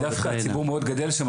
למרות שדווקא הציבור מאוד גדל שם,